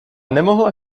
nemohla